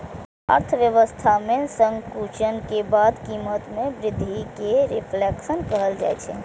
अर्थव्यवस्था मे संकुचन के बाद कीमत मे वृद्धि कें रिफ्लेशन कहल जाइ छै